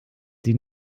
sie